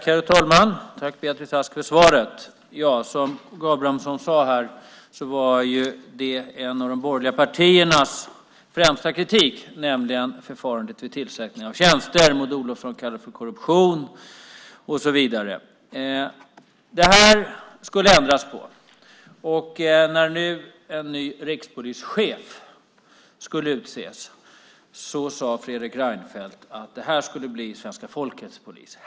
Herr talman! Också jag vill tacka Beatrice Ask för svaret. Som K G Abramsson sagt var en av de saker som de borgerliga partierna främst kritiserade just förfarandet vid tillsättning av tjänster. Maud Olofsson talade om korruption och så vidare. Det här skulle det ändras på. När en ny rikspolischef skulle utses sade Fredrik Reinfeldt att det skulle bli svenska folkets polis.